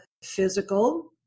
physical